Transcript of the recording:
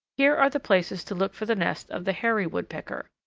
here are the places to look for the nest of the hairy woodpecker.